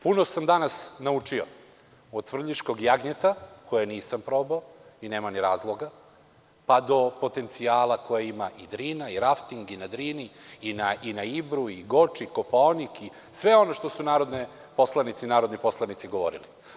Puno sam danas naučio, od svrljiškog jagnjeta, koje nisam probao i nema ni razloga, pa do potencijala koje ima i Drina i rafting i na Drini, i na Ibru, i Goč, i Kopaonik i sve ono što su narodne poslanice i narodni poslanici govorili.